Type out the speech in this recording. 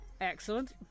Excellent